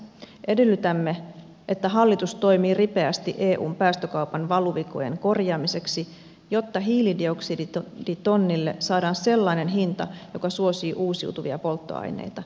edellytämme että hallitus toimii ripeästi eun päästökaupan valuvikojen korjaamiseksi jotta hiilidioksiditonnille saadaan sellainen hinta joka suosii uusiutuvia polttoaineita